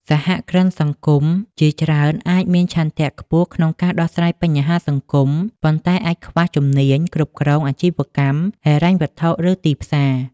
សហគ្រិនសង្គមជាច្រើនអាចមានឆន្ទៈខ្ពស់ក្នុងការដោះស្រាយបញ្ហាសង្គម ប៉ុន្តែអាចខ្វះជំនាញគ្រប់គ្រងអាជីវកម្ម ហិរញ្ញវត្ថុ ឬទីផ្សារ។